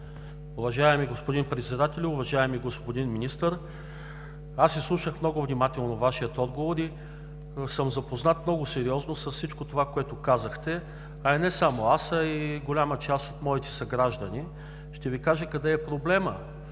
Уважаеми господин Председател! Уважаеми господин Министър, изслушах много внимателно Вашия отговор и съм запознат много сериозно с всичко това, което казахте. Не само аз, а и голяма част от моите съграждани. Ще Ви кажа къде е проблемът.